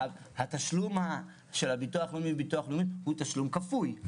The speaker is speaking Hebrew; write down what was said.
התשלום של ביטוח הלאומי וביטוח בריאות הוא תשלום כפוי.